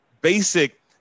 basic